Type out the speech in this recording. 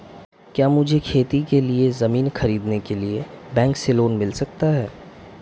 क्या मुझे खेती के लिए ज़मीन खरीदने के लिए बैंक से लोन मिल सकता है?